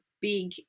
big